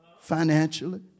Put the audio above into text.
financially